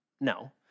No